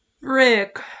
Rick